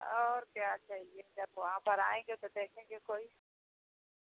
और क्या चाहिए जब वहाँ पर आएंगे तो देखेंगे कोई